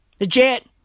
Legit